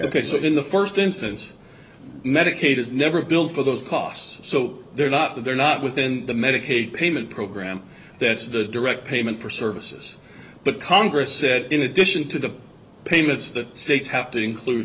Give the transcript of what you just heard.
of in the first instance medicaid is never billed for those costs so they're not they're not within the medicaid payment program that's the direct payment for services but congress said in addition to the payments that states have to include